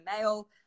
mail